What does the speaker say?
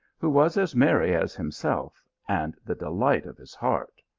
who was as merry as him self, and the delight of his heart.